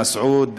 מסעוד,